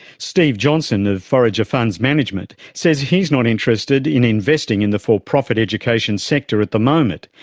steve johnson of forager funds management says he's not interested in investing in the for-profit education sector at the moment,